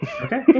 Okay